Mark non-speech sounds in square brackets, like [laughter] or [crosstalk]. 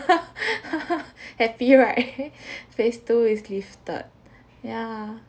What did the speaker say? [laughs] happy right [laughs] phase two is lifted yeah